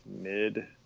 mid